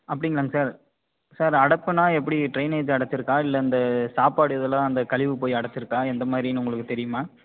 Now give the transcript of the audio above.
அப்படிங்களாங்க sir sir அடைப்புன்னா எப்படி drainage அடைச்சிருக்கா இல்லை இந்த சாப்பாடு இதெலாம் அந்த கழிவு போய் அடைச்சிருக்கா எந்த மாதிரின்னு உங்களுக்கு தெரியுமா